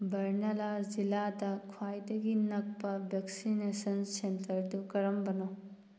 ꯕꯔꯅꯂꯥ ꯖꯤꯂꯥꯗ ꯈ꯭ꯋꯥꯏꯗꯒꯤ ꯅꯛꯄ ꯚꯦꯛꯁꯤꯅꯦꯁꯟ ꯁꯦꯟꯇꯔꯗꯨ ꯀꯔꯝꯕꯅꯣ